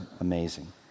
amazing